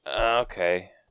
Okay